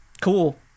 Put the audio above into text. cool